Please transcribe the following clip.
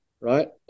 right